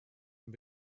and